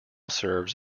serves